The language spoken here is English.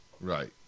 Right